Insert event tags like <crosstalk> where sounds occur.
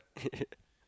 <laughs>